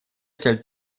stellt